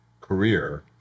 career